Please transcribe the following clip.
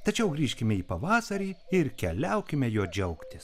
tačiau grįžkime į pavasarį ir keliaukime juo džiaugtis